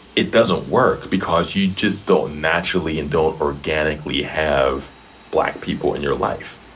it doesn't work because you just don't naturally and don't organically have black people in your life,